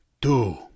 Two